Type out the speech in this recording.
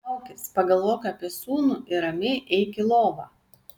liaukis pagalvok apie sūnų ir ramiai eik į lovą